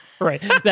Right